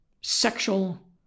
sexual